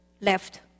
left